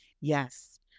yes